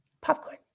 Popcorn